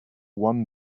won